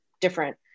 different